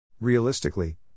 Realistically